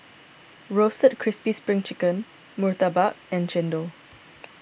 Roasted Crispy Pring Chicken Murtabak and Chendol